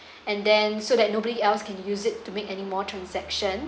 and then so that nobody else can use it to make any more transactions